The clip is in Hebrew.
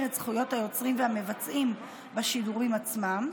את זכויות היוצרים והמבצעים בשידורים עצמם,